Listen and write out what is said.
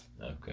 Okay